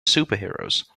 superheroes